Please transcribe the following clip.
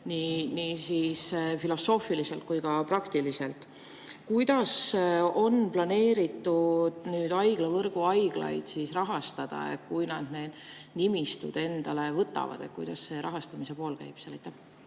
nii filosoofiliselt kui ka praktiliselt. Kuidas on planeeritud nüüd haiglavõrgu haiglaid rahastada? Kui nad need nimistud endale võtavad, siis kuidas see rahastamise pool käib?